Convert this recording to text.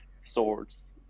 swords